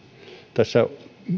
tässä